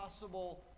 possible